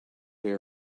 they